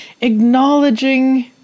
acknowledging